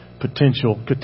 potential